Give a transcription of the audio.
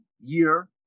year